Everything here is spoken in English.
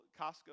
Costco